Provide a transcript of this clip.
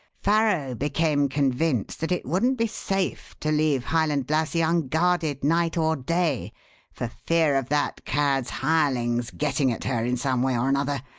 farrow became convinced that it wouldn't be safe to leave highland lassie unguarded night or day for fear of that cad's hirelings getting at her in some way or another,